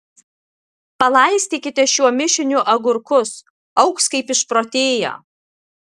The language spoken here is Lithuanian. palaistykite šiuo mišiniu agurkus augs kaip išprotėję